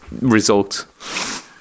result